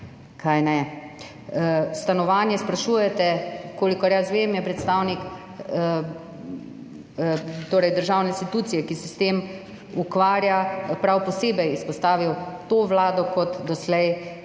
Kaj ne? Stanovanje, sprašujete. Kolikor jaz vem, je predstavnik državne institucije, ki se s tem ukvarja, prav posebej izpostavil to vlado kot doslej